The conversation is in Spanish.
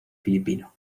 filipino